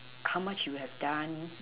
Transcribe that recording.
how much you have done